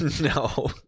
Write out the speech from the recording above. No